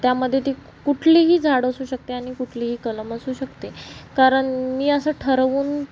त्यामध्ये ती कुठलीही झाड असू शकते आणि कुठलीही कलम असू शकते कारण मी असं ठरवून